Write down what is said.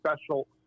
Special